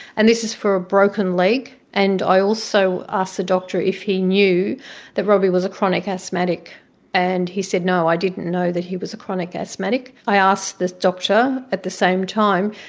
and this is for a broken leg. and i also asked the doctor if he knew that robbie was a chronic asthmatic and he said, no, i didn't know that he was a chronic asthmatic. i asked the doctor at the same time,